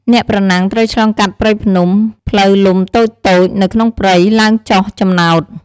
អ្នកប្រណាំងត្រូវឆ្លងកាត់ព្រៃភ្នំ ផ្លូវលំតូចៗនៅក្នុងព្រៃ ឡើងចុះចំណោត។